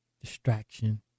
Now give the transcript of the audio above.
distraction